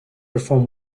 perform